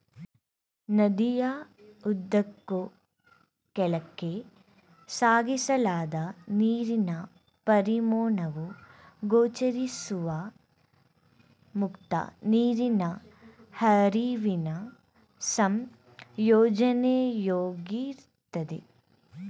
ನದಿಯ ಉದ್ದಕ್ಕೂ ಕೆಳಕ್ಕೆ ಸಾಗಿಸಲಾದ ನೀರಿನ ಪರಿಮಾಣವು ಗೋಚರಿಸುವ ಮುಕ್ತ ನೀರಿನ ಹರಿವಿನ ಸಂಯೋಜನೆಯಾಗಿರ್ತದೆ